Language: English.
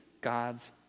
God's